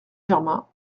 germain